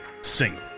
single